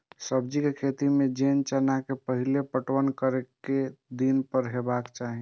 सब्जी के खेती में जेना चना के पहिले पटवन कतेक दिन पर हेबाक चाही?